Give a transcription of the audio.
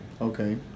Okay